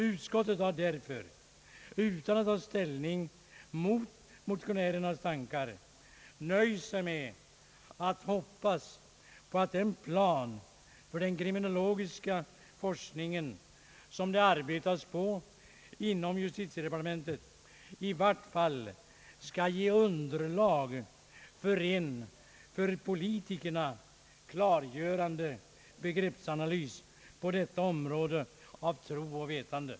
Utskottet har därför utan att ta ställning mot motionärernas tankar nöjt sig med att hoppas på att den plan för den kriminologiska forskningen som det arbetas på inom justitiedepartementet i varje fall skall ge underlag till en för politikerna klargörande begreppsanalys på detta område av tro och vetande.